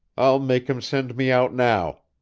i'll make him send me out now,